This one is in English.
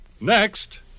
Next